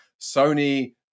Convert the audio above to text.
Sony